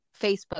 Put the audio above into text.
Facebook